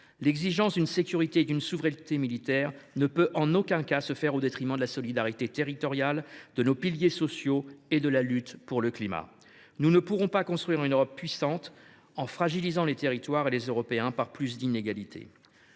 L’exigence d’une sécurité et d’une souveraineté militaire ne peut en aucun cas se faire au détriment de la solidarité territoriale, de nos piliers sociaux et de la lutte pour le climat. Nous ne pourrons pas construire une Europe puissante en fragilisant les territoires et les Européens par plus d’inégalités.